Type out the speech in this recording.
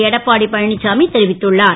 எடப்பாடி பழனிசாமி தெரிவித்துள்ளார்